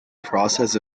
process